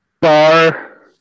bar